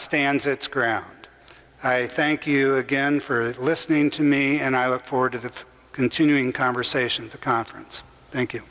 stands its ground and i thank you again for listening to me and i look forward to the continuing conversation the conference thank you